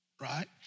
Right